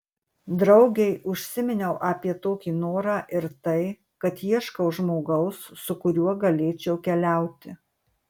draugei užsiminiau apie tokį norą ir tai kad ieškau žmogaus su kuriuo galėčiau keliauti